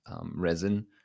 resin